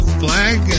flag